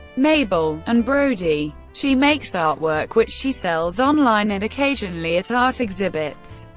mabel, and brody. she makes artwork which she sells online and occasionally at art exhibits.